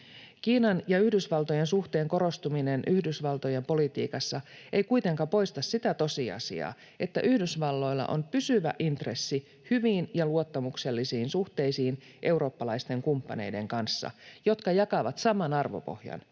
Kiinan ja Yhdysvaltojen suhteen korostuminen Yhdysvaltojen politiikassa ei kuitenkaan poista sitä tosiasiaa, että Yhdysvalloilla on pysyvä intressi hyviin ja luottamuksellisiin suhteisiin eurooppalaisten kumppaneiden kanssa, jotka jakavat saman arvopohjan